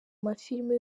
mafilime